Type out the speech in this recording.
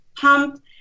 pumped